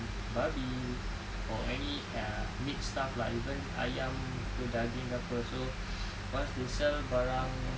babi or any uh meat stuff lah even ayam ke daging ke apa so once they sell barang